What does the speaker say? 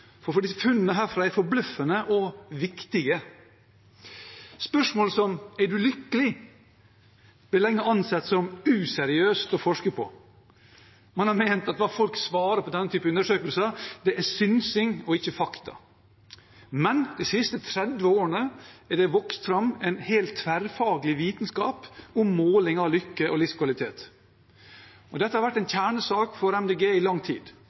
For funnene herfra er forbløffende og viktige. Spørsmål som «Er du lykkelig?» ble lenge ansett som useriøst å forske på. Man har ment at hva folk svarer på den type undersøkelser, er synsing, og ikke fakta. Men de siste 30 årene har det vokst fram en hel tverrfaglig vitenskap om måling av lykke og livskvalitet. Dette har vært en kjernesak for Miljøpartiet De Grønne i lang tid.